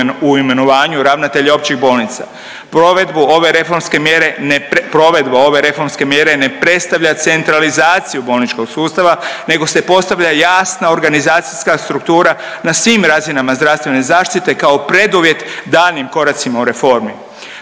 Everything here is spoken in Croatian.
u imenovanju ravnatelja općih bolnica. Provedbu ove reforme mjere, provedba ova reformske mjere ne predstavlja centralizaciju bolničkog sustava nego se postavlja jasna organizacijska struktura na svim razinama zdravstvene zaštite kao preduvjet daljnjim koracima u reformi.